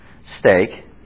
steak